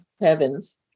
heavens